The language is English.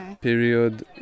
period